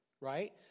right